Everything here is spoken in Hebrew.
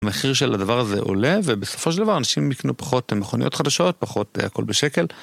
המחיר של הדבר הזה עולה, ובסופו של דבר אנשים יקנו פחות מכוניות חדשות, פחות "הכול בשקל".